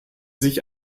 sich